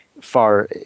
far